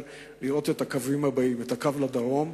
לראות את הקווים הבאים: את הקו לדרום,